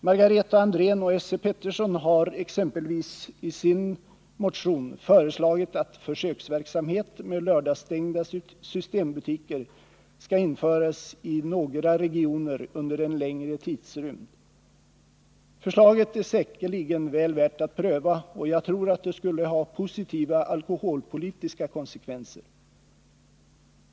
Margareta Andrén och Esse Petersson har exempelvis i sin motion föreslagit att försöksverksamhet med lördagsstängda systembutiker skall införas i några regioner under en längre tidsrymd. Förslaget är säkerligen väl värt att pröva, och jag tror att det skulle ha positiva alkoholpolitiska konsekvenser.